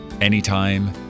anytime